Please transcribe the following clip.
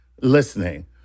listening